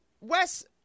Wes